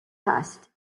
cast